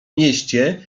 mieście